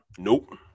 Nope